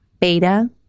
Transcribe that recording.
beta